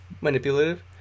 manipulative